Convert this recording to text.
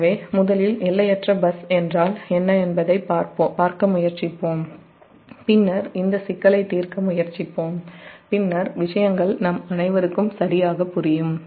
எனவே முதலில் எல்லையற்ற பஸ் என்றால் என்ன என்பதைப் பார்க்க முயற்சிப்போம் பின்னர் இந்த சிக்கலை தீர்க்க முயற்சிப்போம் பின்னர் விஷயங்கள் நம் அனைவருக்கும் சரியாக புரியும்